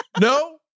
No